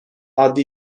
adli